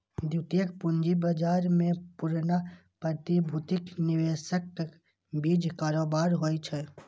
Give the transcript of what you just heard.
द्वितीयक पूंजी बाजार मे पुरना प्रतिभूतिक निवेशकक बीच कारोबार होइ छै